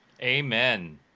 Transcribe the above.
Amen